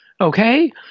Okay